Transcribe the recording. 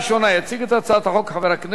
יציג את הצעת החוק חבר הכנסת